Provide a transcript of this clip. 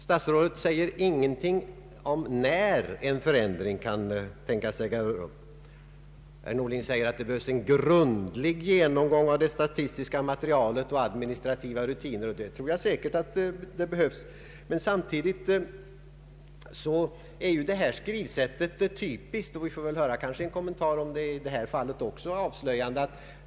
Statsrådet säger ingenting om när en ändring kan tänkas äga rum. Han framhåller att en grundlig genomgång av det statistiska materialet och de administrativa rutinerna är nödvändig. Jag tror säkert att en sådan genomgång behövs. Men detta skrivsätt är ju typiskt, och vi får kanske höra en avslöjande kommentar också i detta fall.